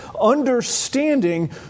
understanding